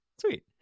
Sweet